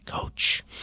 coach